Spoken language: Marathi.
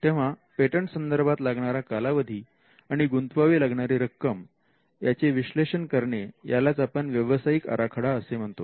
तेव्हा पेटंट संदर्भात लागणारा कालावधी आणि गुंतवावी लागणारी रक्कम याचे विश्लेषण करणे यालाच आपण व्यावसायिक आराखडा असे म्हणतो